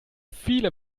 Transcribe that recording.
viele